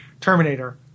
Terminator